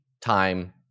time